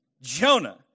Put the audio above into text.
Jonah